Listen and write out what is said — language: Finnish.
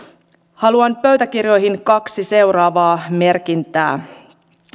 haluan pöytäkirjoihin kaksi seuraavaa merkintää